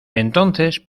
entonces